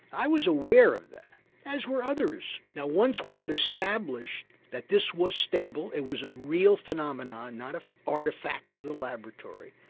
i was aware of that as were others. now once we had established that this was stable, it was a real phenomenon not an artefact of the laboratory,